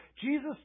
Jesus